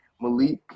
Malik